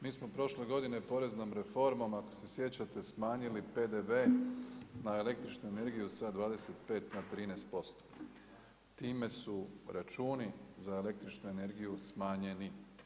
Mi smo prošle godine poreznom reformom ako se sjećate, smanjili PDV na električnu energiju sa 25 na 13%. time su računa za električnu energiju smanjeni.